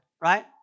right